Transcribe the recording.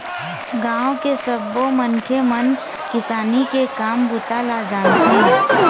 गाँव के सब्बो मनखे मन किसानी के काम बूता ल जानथे